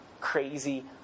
crazy